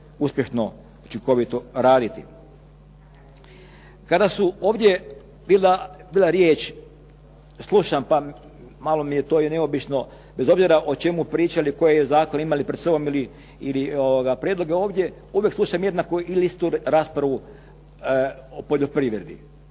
uspješno, učinkovito raditi. Kada su ovdje bila riječ, slušam pa, malo mi je to i neobično, bez obzira o čemu pričali, koje zakone imali pred sobom ili prijedloge ovdje, uvijek slušam jednaku ili istu raspravu o poljoprivredi,